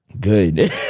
good